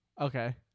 Okay